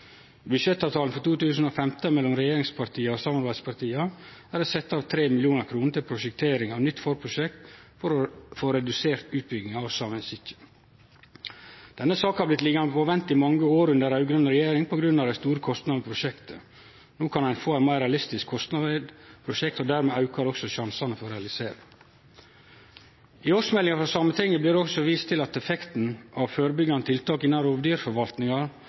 budsjettavtalen for 2015 mellom regjeringspartia og samarbeidspartia er det sett av 3 mill. kr til prosjektering av nytt forprosjekt for å få redusert utbygginga av Saemien Sijte. Denne saka har blitt liggjande på vent i mange år under den raud-grøne regjeringa grunna dei store kostnadene i prosjektet. No kan ein få meir realistiske kostnader i prosjektet, og dimed aukar også sjansane for realisering. I årsmeldinga frå Sametinget blir det også vist til at effekten av førebyggjande tiltak